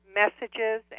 messages